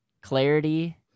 clarity